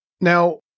Now